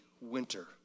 winter